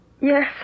Yes